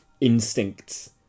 instincts